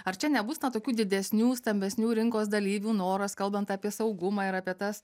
ar čia nebus na tokių didesnių stambesnių rinkos dalyvių noras kalbant apie saugumą ir apie tas